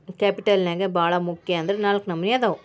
capital ನ್ಯಾಗ್ ಭಾಳ್ ಮುಖ್ಯ ಅಂದ್ರ ನಾಲ್ಕ್ ನಮ್ನಿ ಅದಾವ್